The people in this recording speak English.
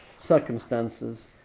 circumstances